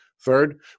Third